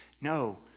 No